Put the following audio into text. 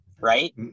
Right